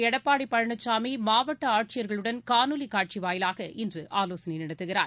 எடப்பாடிபழனிசாமிமாவட்டஆட்சியர்களுடன் காணொலிக் காட்சிவாயிலாக இன்றுஆலோசனைநடத்துகிறார்